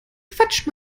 quatsch